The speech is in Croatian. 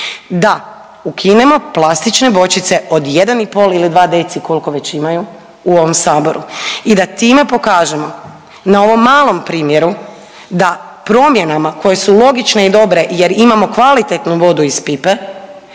da ukinemo plastične bočice od 1 i pol ili 2 dcl koliko već imaju u ovom Saboru i da time pokažemo na ovom malom primjeru da promjenama koje su logične i dobre jer imamo kvalitetnu vodu iz pipe